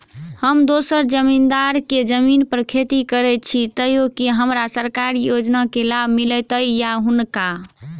हम दोसर जमींदार केँ जमीन पर खेती करै छी तऽ की हमरा सरकारी योजना केँ लाभ मीलतय या हुनका?